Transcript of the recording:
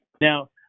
Now